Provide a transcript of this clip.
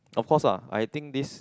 of course lah I think this